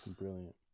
brilliant